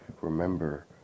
Remember